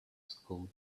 school